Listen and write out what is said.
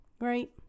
right